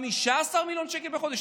15 מיליון שקל בחודש?